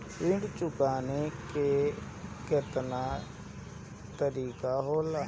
ऋण चुकाने के केतना तरीका होला?